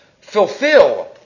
fulfill